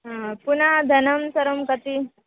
हा पुनः धनं सर्वं कति